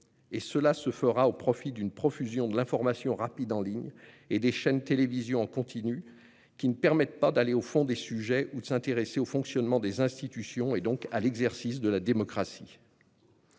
Cela se fera au profit d'une profusion de l'information rapide en ligne et des chaînes télévisées en continu, qui ne permettent pas d'aller au fond des sujets ou de s'intéresser au fonctionnement des institutions, et donc à l'exercice de la démocratie.